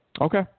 Okay